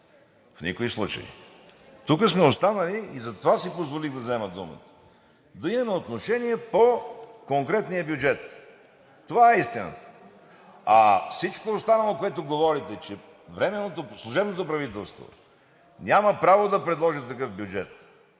в никой случай, тук сме останали – и затова си позволих да взема думата, да имаме отношение по конкретния бюджет, това е истината. А всичко останало, което говорите, че служебното правителство няма право да предложи такъв бюджет,